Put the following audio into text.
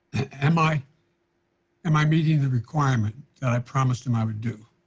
am i am i meeting the requirement that i promised him i would do?